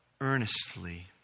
earnestly